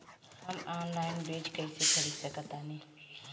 हम ऑनलाइन बीज कईसे खरीद सकतानी?